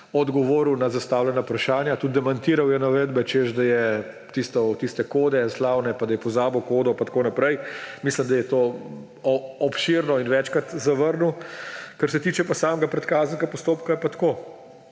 odgovoril na zastavljena vprašanja, tudi demantiral je navedbe glede tiste slavne kode, da je pozabil kodo pa tako naprej. Mislim, da je to obširno in večkrat zavrnil. Kar se tiče pa samega predkazenskega postopka, je pa tako.